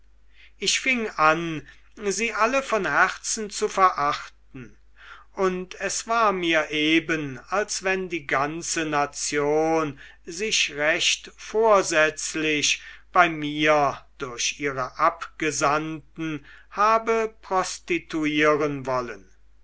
ich fing an sie alle von herzen zu verachten und es war mir eben als wenn die ganze nation sich recht vorsätzlich bei mir durch ihre abgesandten habe prostituieren wollen